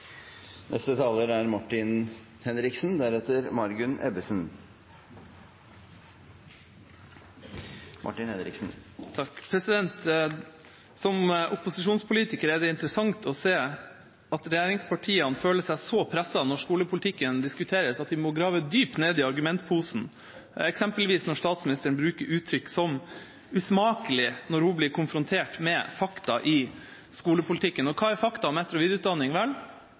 Som opposisjonspolitiker er det interessant å se at regjeringspartiene føler seg så presset når skolepolitikken diskuteres, at de må grave dypt ned i argumentposen, eksempelvis når statsministeren bruker uttrykk som «usmakelig» når hun blir konfrontert med fakta i skolepolitikken. Og hva er fakta om etter- og